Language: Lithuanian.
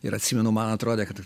ir atsimenu man atrodė kad